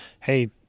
hey